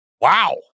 Wow